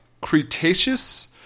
Cretaceous